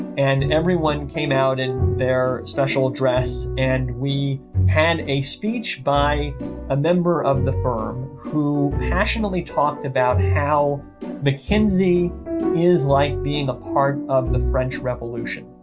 and everyone came out in their special dress. and we had a speech by a member of the firm who passionately talked about how mckinsey is like being a part of the french revolution